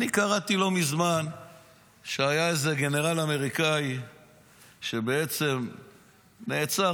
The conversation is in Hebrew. אני קראתי לא מזמן שהיה איזה גנרל אמריקאי שבעצם נעצר